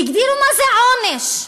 הגדירו מה זה עונש.